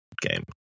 game